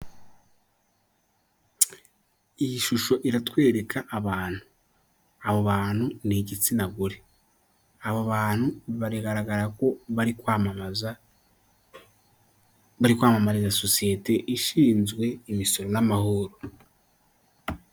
Iyi shusho iratwereka abantu, abo bantu ni igitsina gore aba bantu baragaragara ko bari kwamamaza bari kwamamariza sosiyete ishinzwe imisoro n'amahoro.